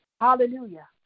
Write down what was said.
Hallelujah